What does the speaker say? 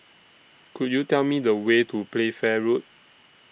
Could YOU Tell Me The Way to Playfair Road